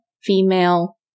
female